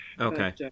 Okay